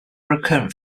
recurrent